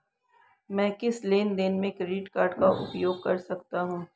मैं किस लेनदेन में क्रेडिट कार्ड का उपयोग कर सकता हूं?